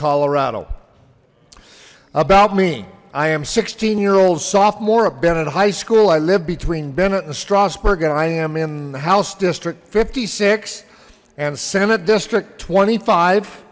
colorado about me i am sixteen year old sophomore have been in high school i live between bennett and strasburg and i am in the house district fifty six and senate district twenty five